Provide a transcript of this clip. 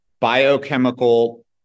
biochemical